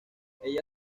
ella